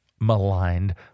maligned